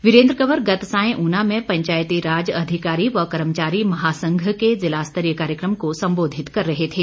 वीरेन्द्र कंवर गत सांय ऊना में पंचायतीराज अधिकारी व कर्मचारी महासंघ के जिलास्तरीय कार्यक्रम को संबोधित कर रहे थे